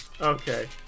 Okay